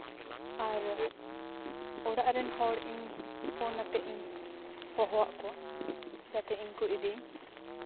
ᱟᱨ ᱚᱲᱟᱜ ᱨᱮᱱ ᱦᱚᱲ ᱤᱧ ᱯᱷᱳᱱ ᱟᱛᱮᱫ ᱤᱧ ᱦᱚᱦᱚᱣᱟᱜ ᱠᱚᱣᱟ ᱡᱟᱛᱮ ᱤᱧ ᱠᱚ ᱤᱫᱤᱧ